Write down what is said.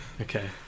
okay